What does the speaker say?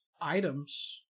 items